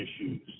issues